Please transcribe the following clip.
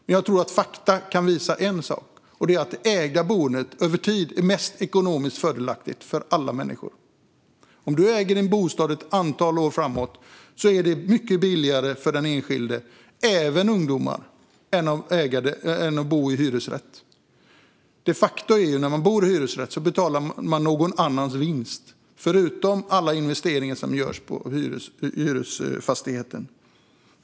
Men fakta visar en sak, nämligen att det ägda boendet över tid är mest ekonomiskt fördelaktigt för alla människor. Att äga en bostad ett antal år framåt är mycket billigare för den enskilde, även för ungdomar, än att bo i hyresrätt. När man bor i hyresrätt betalar man de facto någon annans vinst, förutom alla investeringar som görs i hyresfastigheten.